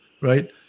right